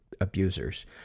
abusers